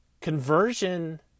Conversion